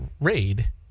raid